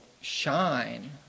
shine